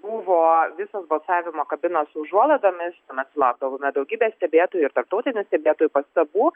buvo visos balsavimo kabinos su užuolaidomis tuomet sulaukdavome daugybės stebėtojų ir tarptautinių stebėtojų pastabų